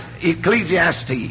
Ecclesiastes